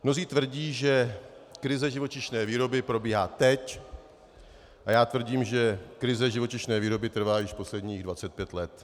Mnozí tvrdí, že krize živočišné výroby probíhá teď, a já tvrdím, že krize živočišné výroby trvá již posledních 25 let.